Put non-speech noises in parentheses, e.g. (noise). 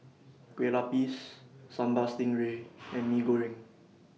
Kueh Lupis Sambal Stingray (noise) and Mee Goreng